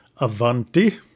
Avanti